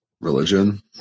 religion